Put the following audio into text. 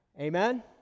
Amen